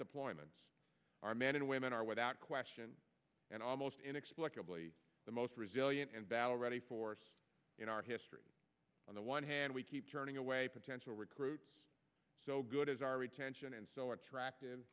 deployments our men and women are without question and almost inexplicably the most resilient and battle ready for us in our history on the one hand we keep turning away potential recruits so good as our retention and so attractive